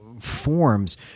forms